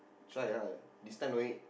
try ah this time no need